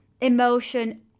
emotion